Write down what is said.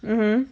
mmhmm